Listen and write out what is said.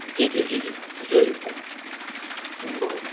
जी जी जी जी जय झूलेलाल